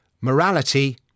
morality